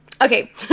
Okay